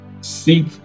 seek